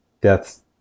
death's